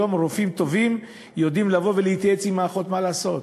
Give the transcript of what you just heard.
היום רופאים טובים יודעים לבוא ולהתייעץ עם האחות מה לעשות.